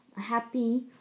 Happy